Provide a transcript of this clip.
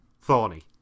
thorny